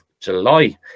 July